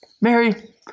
Mary